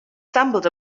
stumbled